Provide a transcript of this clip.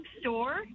store